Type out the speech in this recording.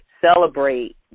celebrate